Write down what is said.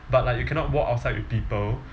but like you cannot walk outside with people